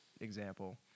example